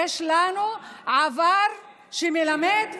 מה זה מלחמה,